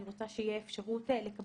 אני רוצה שתהיה אפשרות לתת